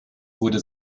wurde